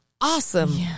Awesome